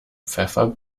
pfeffer